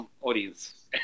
Audience